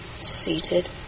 seated